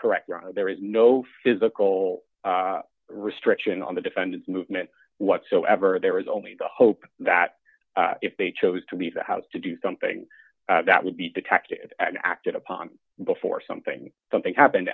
correct there is no physical restriction on the defendant's movement whatsoever there is only the hope that if they chose to be the house to do something that would be detected and acted upon before something something happened